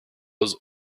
was